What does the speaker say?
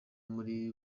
muri